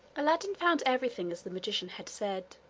aladdin found everything as the magician had said,